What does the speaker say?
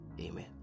amen